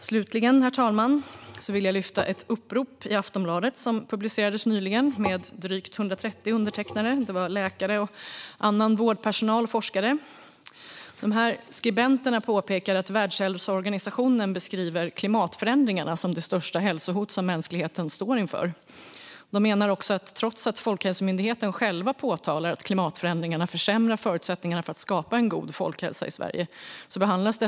Slutligen, herr talman, vill jag lyfta fram ett upprop som nyligen publicerades i Aftonbladet. Det var drygt 130 undertecknare, bland annat läkare, annan vårdpersonal och forskare. Skribenterna påpekade att Världshälsoorganisationen beskriver klimatförändringarna som det största hälsohotet mänskligheten står inför. De menar också att dessa frågor inte behandlas med den tyngd som de fordrar trots att Folkhälsomyndigheten själva påpekar att klimatförändringarna försämrar förutsättningarna för att skapa en god folkhälsa i Sverige.